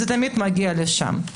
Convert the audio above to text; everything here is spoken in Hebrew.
תמיד מגיע לשם.